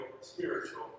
spiritual